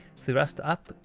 thrust up,